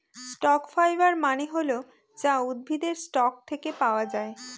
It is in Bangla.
স্টক ফাইবার মানে হল যা উদ্ভিদের স্টক থাকে পাওয়া যায়